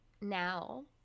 now